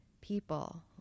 people